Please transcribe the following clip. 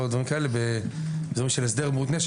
דברים של הסדר מותנה.